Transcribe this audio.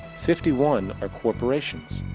fifty one are corporations.